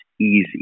easy